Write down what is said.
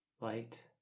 light